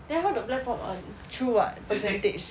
then how the platform earn through what percentage